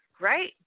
right